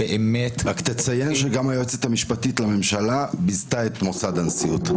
תציין שגם היועצת המשפטית לממשלה ביזתה את מוסד הנשיאות.